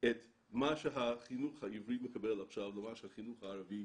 את החינוך הערבי לחינוך העברי,